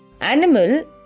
Animal